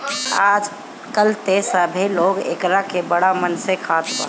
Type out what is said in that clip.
आजकल त सभे लोग एकरा के बड़ा मन से खात बा